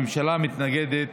הממשלה מתנגדת